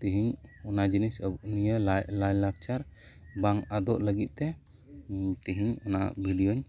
ᱛᱮᱦᱮᱧ ᱱᱤᱭᱟᱹ ᱡᱤᱱᱤᱥ ᱞᱟᱭ ᱞᱟᱠᱪᱟᱨ ᱵᱟᱝ ᱟᱫᱚᱯᱜ ᱞᱟᱹᱜᱤᱫᱛᱮ ᱛᱮᱦᱮᱧ ᱚᱱᱟ ᱵᱷᱤᱰᱭᱳᱧ